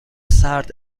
سرد